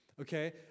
okay